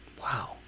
Wow